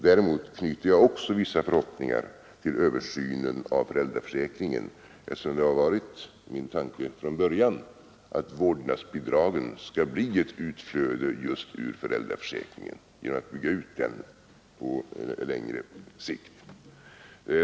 Däremot knyter jag också vissa förhoppningar till översynen av föräldraförsäkringen, eftersom det har varit min tanke från början att vårdnadsbidragen skall bli ett utflöde just ur föräldraförsäkringen genom att man bygger ut den på längre sikt.